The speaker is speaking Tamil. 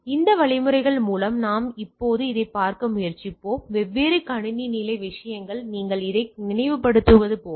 எனவே இந்த வழிமுறைகள் மூலம் நாம் இப்போது இதைப் பார்க்க முயற்சிப்போம் வெவ்வேறு கணினி நிலை விஷயங்களை நீங்கள் இதை நினைவுபடுத்துவது போல